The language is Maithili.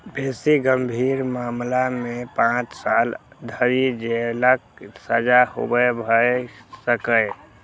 बेसी गंभीर मामला मे पांच साल धरि जेलक सजा सेहो भए सकैए